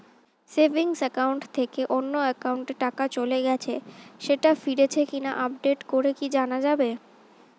Savings account থেকে অন্য একাউন্টে টাকা চলে গেছে সেটা ফিরেছে কিনা আপডেট করে কি জানা যাবে?